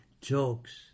jokes